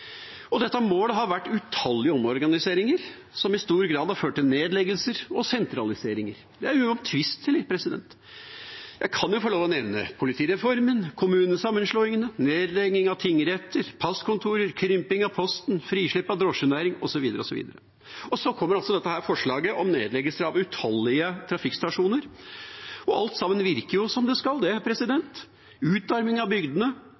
og regjeringas mål. Dette målet har vært utallige omorganiseringer, som i stor grad har ført til nedleggelser og sentraliseringer. Det er uomtvistelig. Jeg kan få lov til å nevne politireformen, kommunesammenslåingene, nedlegging av tingretter og passkontorer, krymping av Posten, frislepp av drosjenæringen osv., osv. Så kommer altså dette forslaget om nedleggelse av utallige trafikkstasjoner. Alt sammen virker som det skal: utarming av bygdene